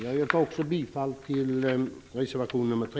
Jag yrkar bifall till reservation nr 3.